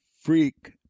freak